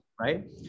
right